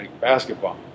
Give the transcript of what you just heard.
basketball